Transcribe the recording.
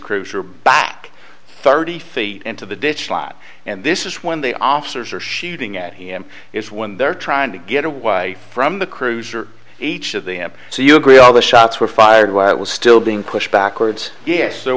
cruiser back thirty feet into the ditch slot and this is when they officers are shooting at him is when they're trying to get away from the cruiser each of them so you agree all the shots were fired while it was still being pushed backwards yes there